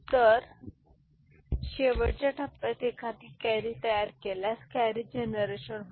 तर शेवटच्या टप्प्यात एखादी कॅरी तयार केल्यास कॅरी जनरेशन होते